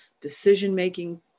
decision-making